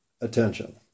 attention